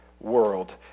world